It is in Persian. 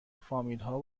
فامیلها